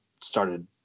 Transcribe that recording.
started